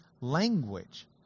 language